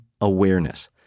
awareness